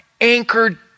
anchored